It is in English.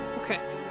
Okay